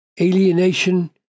alienation